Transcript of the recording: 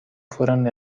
fueron